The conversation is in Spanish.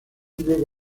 nuevo